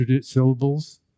syllables